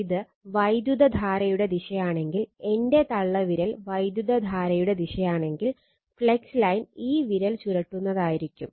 ഇത് വൈദ്യുതധാരയുടെ ദിശയാണെങ്കിൽ എന്റെ തള്ളവിരൽ വൈദ്യുതധാരയുടെ ദിശയാണെങ്കിൽ ഫ്ലക്സ് ലൈൻ ഈ വിരൽ ചുരുട്ടുന്നതായിരിക്കും